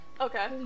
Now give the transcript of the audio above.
Okay